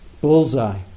bullseye